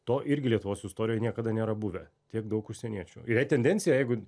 to irgi lietuvos istorijoj niekada nėra buvę tiek daug užsieniečių ir jei tendencija jeigu